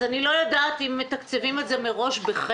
אז אני לא יודעת אם מתקצבים את זה מראש בחסר,